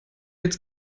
jetzt